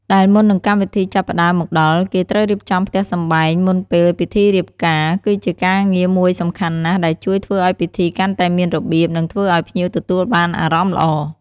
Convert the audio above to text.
ដែលមុននឹងកម្មវិធីចាប់ផ្ដើមមកដល់គេត្រូវរៀបចំផ្ទះសម្បែងមុនពេលពិធីរៀបការ គឺជាការងារមួយសំខាន់ណាស់ ដែលជួយធ្វើអោយពិធីកាន់តែមានរបៀប និងធ្វើឲ្យភ្ញៀវទទួលបានអារម្មណ៍ល្អ។